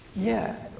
yeah.